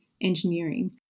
engineering